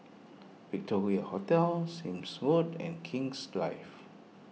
Victoria Hotel Sime's Road and King's Drive